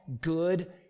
good